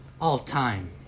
all-time